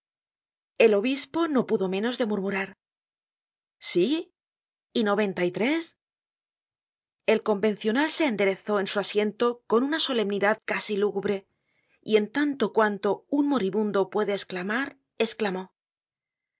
el obispo no pudo menos de murmurar sí y noventa y tres el convencional se enderezó en su asiento con una solemnidad casi lúgubre y en tanto cuanto un moribundo puede esclamar esclamó oh